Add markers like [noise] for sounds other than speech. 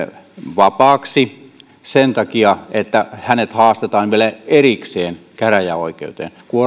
vapaaksi sen takia että hänet haastetaan vielä erikseen käräjäoikeuteen kun [unintelligible]